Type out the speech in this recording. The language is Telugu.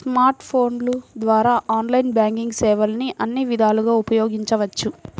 స్మార్ట్ ఫోన్ల ద్వారా ఆన్లైన్ బ్యాంకింగ్ సేవల్ని అన్ని విధాలుగా ఉపయోగించవచ్చు